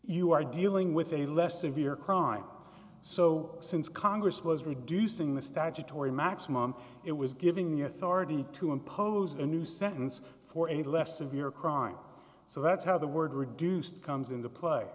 you are dealing with a less severe crime so since congress was reducing the statutory maximum it was giving the authority to impose a new sentence for any less severe crime so that's how the word reduced comes into play